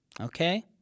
Okay